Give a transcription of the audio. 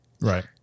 Right